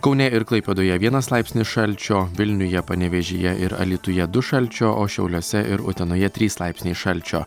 kaune ir klaipėdoje vienas laipsnis šalčio vilniuje panevėžyje ir alytuje du šalčio o šiauliuose ir utenoje trys laipsniai šalčio